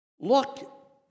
Look